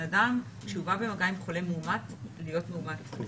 אדם כשהוא בא במגע עם חולה מאומת להיות מאומת בעצמו.